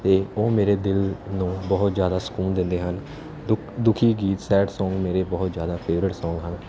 ਅਤੇ ਉਹ ਮੇਰੇ ਦਿਲ ਨੂੰ ਬਹੁਤ ਜ਼ਿਆਦਾ ਸਕੂਨ ਦਿੰਦੇ ਹਨ ਦੁਖ ਦੁਖੀ ਗੀਤ ਸੈਡ ਸੌਂਗ ਮੇਰੇ ਬਹੁਤ ਜ਼ਿਆਦਾ ਫੇਵਰਿਟ ਸੌਂਗ ਹਨ